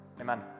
Amen